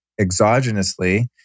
exogenously